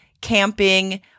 camping